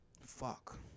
Fuck